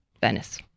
Venice